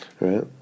right